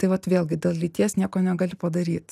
tai vat vėlgi dėl lyties nieko negali padaryt